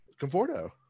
Conforto